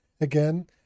again